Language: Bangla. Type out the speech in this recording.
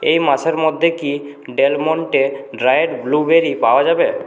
এই মাসের মধ্যে কি ডেল মন্টে ড্রায়েড ব্লুবেরি পাওয়া যাবে